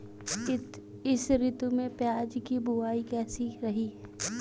इस ऋतु में प्याज की बुआई कैसी रही है?